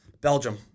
Belgium